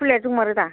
फुलिया दंमारो दा